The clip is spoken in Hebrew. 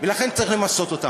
ולכן צריך למסות אותם,